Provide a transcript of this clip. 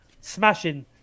smashing